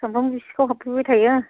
सामफ्रामबो जि सिखाव हाबफैबाय थायो